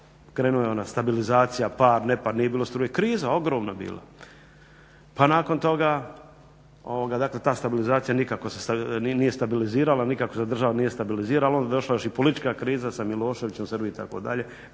krenula je ona stabilizacija, par-nepar, nije bilo struje, kriza ogromna bila, pa nakon toga ta stabilizacija nikako se nije stabilizirala, nikako se država nije stabilizirala. Onda je došla još i politička kriza sa Miloševićem, Srbijom itd., pa